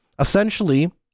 Essentially